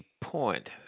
point